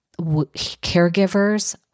caregivers